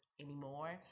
anymore